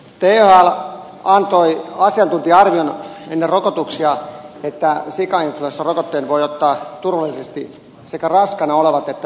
thl antoi ennen rokotuksia asiantuntija arvion että sikainfluenssarokotteen voivat ottaa turvallisesti sekä raskaana olevat naiset että pienet lapset